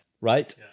Right